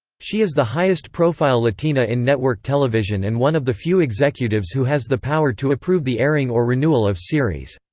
she is the highest-profile latina in network television and one of the few executives who has the power to approve the airing or renewal of series.